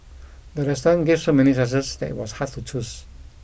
the restaurant gave so many choices that was hard to choose